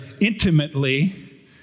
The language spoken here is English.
intimately